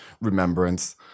remembrance